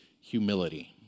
humility